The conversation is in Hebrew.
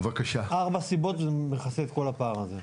ארבע סיבות מכסות את כל הפער הזה.